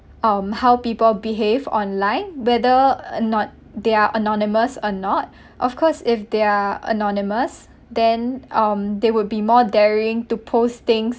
um how people behave online whether or not they are anonymous or not of course if they're anonymous then um they will be more daring to post things